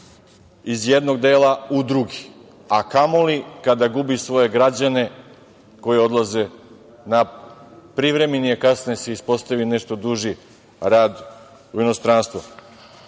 iz jednog dela u drugi, a kamoli kada gubi svoje građane koji odlaze na privremeni, a kasnije se ispostavi nešto duži rad u inostranstvo. Kroz